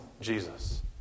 Jesus